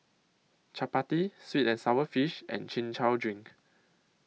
Chappati Sweet and Sour Fish and Chin Chow Drink